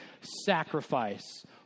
sacrifice